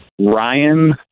Ryan